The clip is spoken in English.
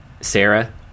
Sarah